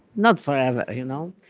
not forever, you know?